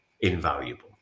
invaluable